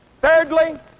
Thirdly